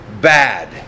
bad